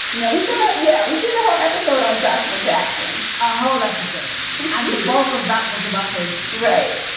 now we've done it. yeah. we do the whole episode on joshua jackson, our whole episode and the bulk of that was about pacey rae,